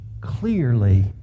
clearly